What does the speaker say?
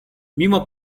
mimo